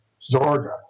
Zorga